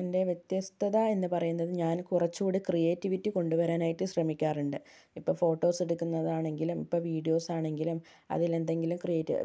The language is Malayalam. എൻ്റെ വ്യത്യസ്തത എന്ന് പറയുന്നത് ഞാൻ കുറച്ചു കൂടി ക്രിയേറ്റിവിറ്റി കൊണ്ടു വരാനായിട്ട് ശ്രമിക്കാറുണ്ട് ഇപ്പം ഫോട്ടോസെടുക്കുന്നതാണെങ്കിലും ഇപ്പം വീഡിയോസാണെങ്കിലും അതിലെന്തെങ്കിലും